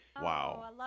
Wow